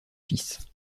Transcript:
fils